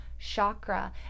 chakra